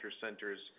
centers